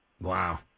Wow